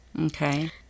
Okay